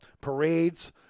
parades